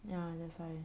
ya that's why